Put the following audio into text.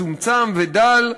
מצומצם ודל,